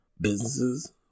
businesses